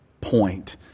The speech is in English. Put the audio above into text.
point